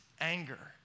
anger